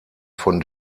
von